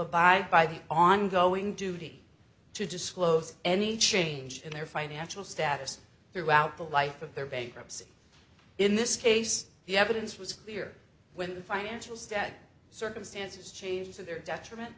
abide by the ongoing duty to disclose any change in their financial status throughout the life of their bankruptcy in this case the evidence was clear when the financials that circumstances changed to their detriment